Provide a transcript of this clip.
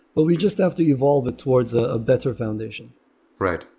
but we just have to evolve it towards a better foundation right.